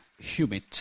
humid